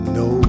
no